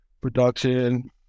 production